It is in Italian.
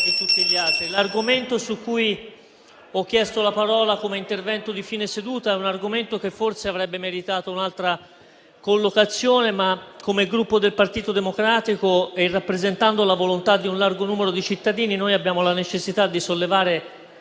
l'argomento su cui ho chiesto la parola per un intervento di fine seduta forse avrebbe meritato un'altra collocazione, ma come Gruppo Partito Democratico, rappresentando la volontà di un largo numero di cittadini, noi abbiamo la necessità di sollevare